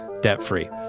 debt-free